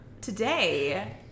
today